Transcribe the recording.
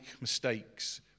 mistakes